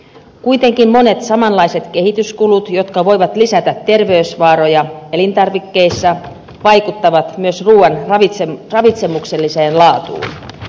kuitenkin monet samanlaiset kehityskulut jotka voivat lisätä terveysvaaroja elintarvikkeissa vaikuttavat myös ruuan ravitsemukselliseen laatuun